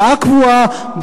בשעה קבועה,